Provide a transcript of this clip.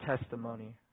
testimony